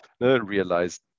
realize